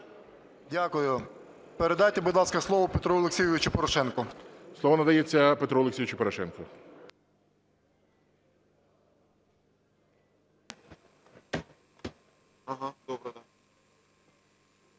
Дякую. Передайте, будь ласка, слово Петру Олексійовичу Порошенку. ГОЛОВУЮЧИЙ. Слово надається Петру Олексійовичу Порошенку.